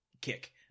kick